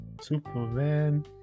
Superman